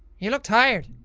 you look tired.